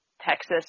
Texas